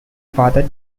father